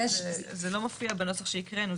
זה לא מופיע בנוסח שהקראנו.